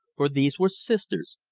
for these were sisters,